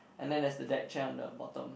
and then there's the deck chair on the bottom